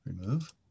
Remove